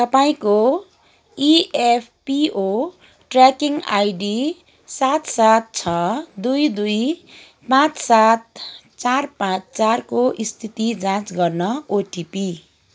तपाईँँको EPFO tracking ID सात सात छ दुई दुई पाँच सात चार पाँच चारको स्थिति जाँच गर्न ओटिपी